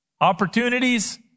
opportunities